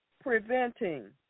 Preventing